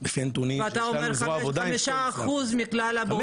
ואתה אומר 5% מכלל הבוגרים.